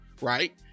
right